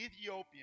Ethiopian